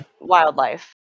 wildlife